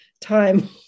time